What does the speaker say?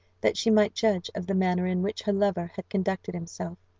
that she might judge of the manner in which her lover had conducted himself.